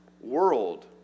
world